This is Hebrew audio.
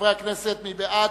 חברי הכנסת, מי בעד?